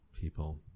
people